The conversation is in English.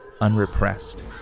Unrepressed